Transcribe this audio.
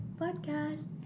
podcast